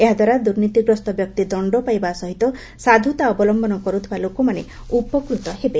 ଏହାଦ୍ୱାରା ଦୁର୍ନୀତିଗ୍ରସ୍ତ ବ୍ୟକ୍ତି ଦଣ୍ଡ ପାଇବା ସହିତ ସାଧୁତା ଅବଲମ୍ଘନ କରୁଥିବା ଲୋକମାନେ ଉପକୃତ ହେବେ